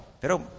pero